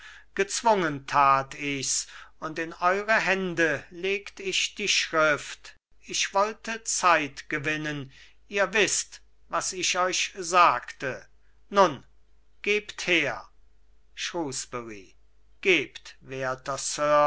gezwungen tat ich's und in eure hände legt ich die schrift ich wollte zeit gewinnen ihr wißt was ich euch sagte nun gebt her shrewsbury gebt